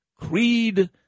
creed